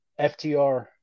FTR